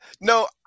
no